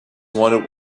wanted